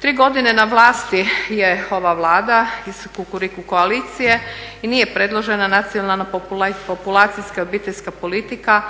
Tri godine na vlasti je ova Vlada iz Kukuriku koalicije i nije predložena nacionalna populacijska i obiteljska politika,